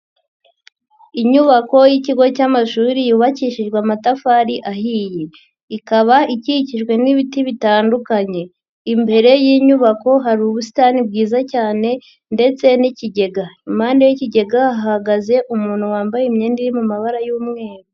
Inyubako y'ikigo cy'amashuri yubakishijwe amatafari ahiye, ikaba ikikijwe n'ibiti bitandukanye, imbere y'inyubako hari ubusitani bwiza cyane ndetse n'ikigega, i mpande y'ikigega hahagaze umuntu wambaye imyenda iri mu mabara y'umweru.